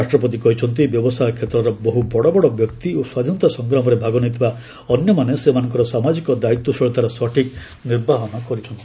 ରାଷ୍ଟ୍ରପତି କହିଛନ୍ତି ବ୍ୟବସାୟ କ୍ଷେତ୍ରର ବହୁ ବଡ଼ ବଡ଼ ବ୍ୟକ୍ତି ଓ ସ୍ୱାଧୀନତା ସଂଗ୍ରାମରେ ଭାଗ ନେଇଥିବା ଅନ୍ୟମାନେ ସେମାନଙ୍କର ସାମାଜିକ ଦାୟିତ୍ୱଶୀଳତାର ସଠିକ୍ ନିର୍ବାହନ କରିଥିଲେ